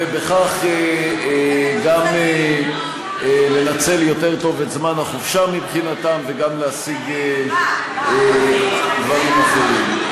ובכך גם לנצל יותר טוב את זמן החופשה מבחינתם וגם להשיג דברים אחרים.